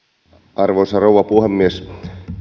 arvoisa rouva puhemies